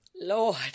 Lord